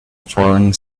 falling